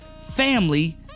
family